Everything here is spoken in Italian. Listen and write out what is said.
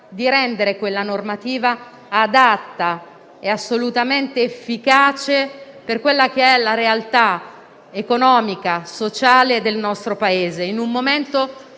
di rendere quella normativa adatta e assolutamente efficace con riferimento all'attuale realtà economica e sociale del nostro Paese.